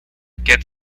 get